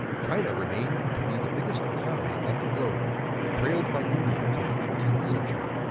china remained to be the biggest economy on the globe trailed by india till the eighteenth century.